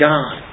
God